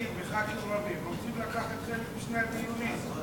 אני וח"כים רבים רוצים לקחת חלק בשני הדיונים.